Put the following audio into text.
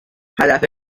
هدف